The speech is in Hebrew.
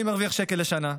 אני מרוויח שקל לשנה,